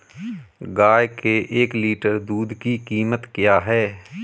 गाय के एक लीटर दूध की कीमत क्या है?